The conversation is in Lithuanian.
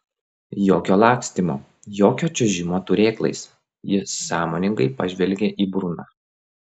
jokio lakstymo jokio čiuožimo turėklais jis sąmoningai pažvelgė į bruną